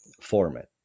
format